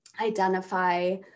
identify